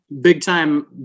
big-time